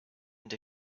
end